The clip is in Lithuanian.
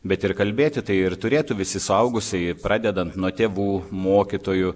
bet ir kalbėti tai ir turėtų visi suaugusieji pradedant nuo tėvų mokytojų